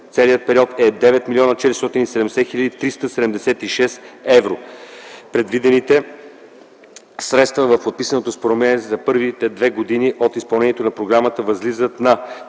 целия период е 9 470 376 евро. Предвидените средства в подписаното споразумение за първите две години от изпълнението на Програмата възлизат на